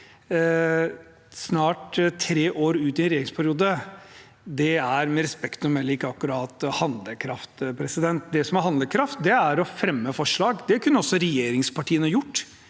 snart tre år ut i en regjeringsperiode, med respekt å melde ikke akkurat er handlekraft. Det som er handlekraft, er å fremme forslag. Det kunne også regjeringspartiene gjort